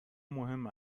مهم